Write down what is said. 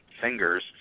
fingers